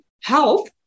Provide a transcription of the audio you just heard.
health